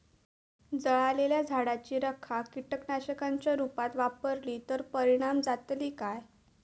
जळालेल्या झाडाची रखा कीटकनाशकांच्या रुपात वापरली तर परिणाम जातली काय?